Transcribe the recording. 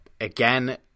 again